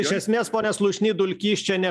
iš esmės pone slušny dulkys čia ne